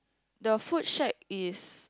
the food shack is